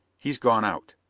he's gone out.